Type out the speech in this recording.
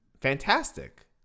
fantastic